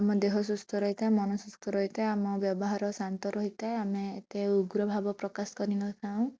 ଆମ ଦେହ ସୁସ୍ଥ ରହିଥାଏ ମନ ସୁସ୍ଥ ରହିଥାଏ ଆମ ବ୍ୟବହାର ଶାନ୍ତ ରହିଥାଏ ଆମେ ଏତେ ଉଗ୍ର ଭାବ ପ୍ରକାଶ କରିନଥାଉ